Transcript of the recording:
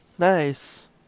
Nice